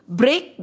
break